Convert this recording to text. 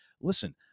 listen